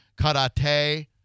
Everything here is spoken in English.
karate